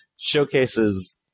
showcases